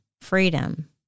freedom